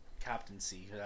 captaincy